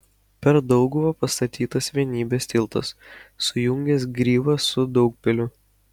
per dauguvą pastatytas vienybės tiltas sujungęs gryvą su daugpiliu